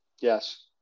Yes